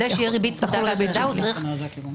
כדי שתהיה ריבית צמודה והצמדה הוא צריך לציין.